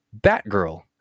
Batgirl